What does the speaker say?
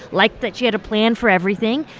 liked that she had a plan for everything.